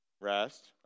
rest